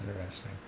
interesting